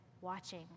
watching